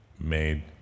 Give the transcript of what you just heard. made